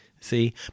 See